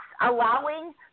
allowing